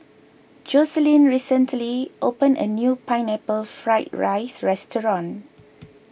Jocelyne recently opened a new Pineapple Fried Rice restaurant